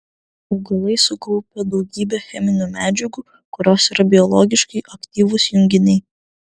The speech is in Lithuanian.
augalai sukaupia daugybę cheminių medžiagų kurios yra biologiškai aktyvūs junginiai